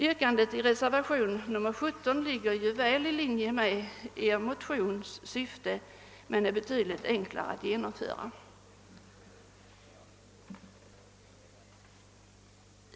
Yrkandet i reservationen 17 ligger väl i linje med syftet i denna motion men är betydligt enklare att genomföra.